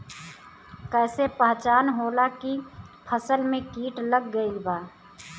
कैसे पहचान होला की फसल में कीट लग गईल बा?